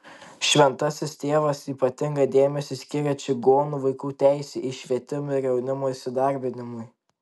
šventasis tėvas ypatingą dėmesį skyrė čigonų vaikų teisei į švietimą ir jaunimo įsidarbinimui